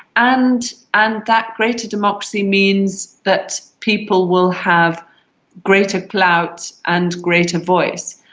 and and that greater democracy means that people will have greater clout and greater voice.